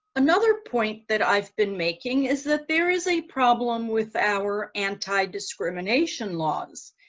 another point that i've been making is that there is a problem with our anti-discrimination laws.